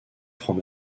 franc